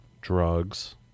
drugs